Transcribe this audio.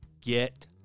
Get